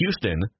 Houston